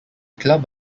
club